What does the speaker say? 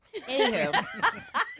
Anywho